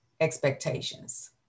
expectations